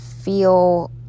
feel